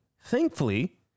thankfully